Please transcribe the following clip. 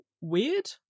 weird